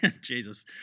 Jesus